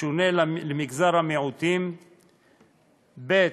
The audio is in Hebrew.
ישונה ל"מגזר המיעוטים"; ב.